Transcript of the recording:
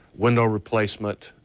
window replacement,